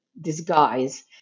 disguise